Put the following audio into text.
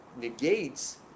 negates